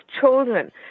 children